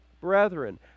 brethren